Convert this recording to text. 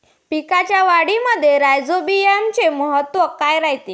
पिकाच्या वाढीले राईझोबीआमचे महत्व काय रायते?